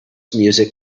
music